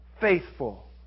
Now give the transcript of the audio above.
Faithful